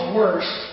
worse